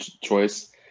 choice